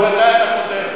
מתי אתה חותם?